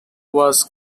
was